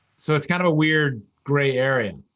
so it's kind of a weird gray area.